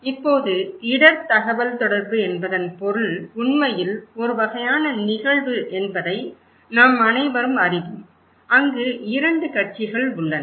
இப்போது இடர் தகவல்தொடர்பு என்பதன் பொருள் உண்மையில் ஒரு வகையான நிகழ்வு என்பதை நாம் அனைவரும் அறிவோம் அங்கு இரண்டு கட்சிகள் உள்ளன